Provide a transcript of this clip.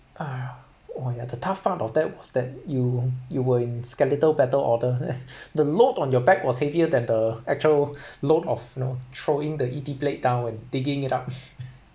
!aiya! oh yeah the tough part of that was that you you were in skeletal battle order the load on your back was heavier than the actual load of you know throwing the E_T blade down and digging it up